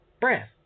breath